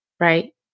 Right